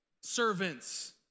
servants